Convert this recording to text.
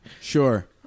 Sure